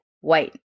white